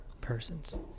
persons